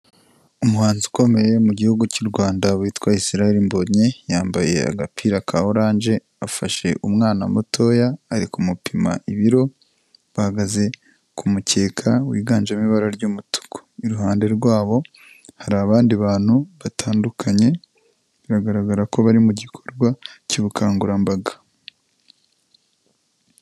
Umuhanzi ukomeye mu gihugu cy'u Rwanda witwa Israel Mbonyi, yambaye agapira ka oranje, afashe umwana mutoya ari kumupima ibiro, bahagaze ku mukeka wiganjemo ibara ry'umutuku, iruhande rwabo hari abandi bantu batandukanye, biragaragara ko bari mu gikorwa cy'ubukangurambaga.